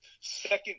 second